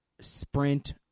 sprint